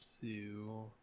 two